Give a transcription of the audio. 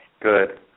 Good